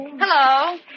Hello